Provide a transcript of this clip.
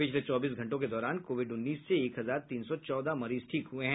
पिछले चौबीस घंटों के दौरान कोविड उन्नीस से एक हजार तीन सौ चौदह मरीज ठीक हुये हैं